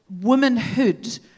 womanhood